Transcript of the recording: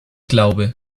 glaube